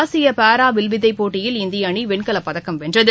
ஆசிய பாரா வில்வித்தைப் போட்டியில் இந்திய அணி வெண்கலப்பதக்கம் வென்றது